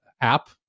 app